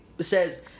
says